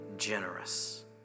generous